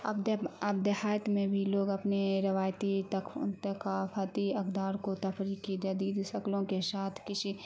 اب اب دیہایت میں بھی لوگ اپنے روایتی تقافتی اقدار کو تفریکی جدید شکلوں کے ساتھ کسی